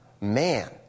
man